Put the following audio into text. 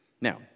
Now